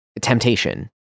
temptation